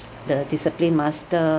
the discipline master